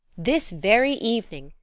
this very evening!